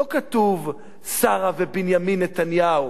לא כתוב "שרה ובנימין נתניהו,